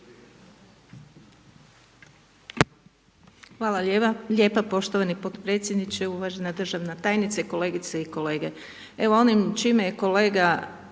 Hvala lijepa poštovani potpredsjedniče, uvažena državna tajnice, kolegice i kolege.